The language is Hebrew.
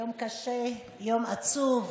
יום קשה, יום עצוב.